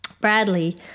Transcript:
Bradley